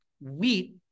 wheat